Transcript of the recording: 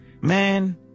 man